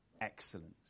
excellence